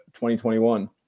2021